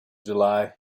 july